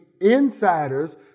insiders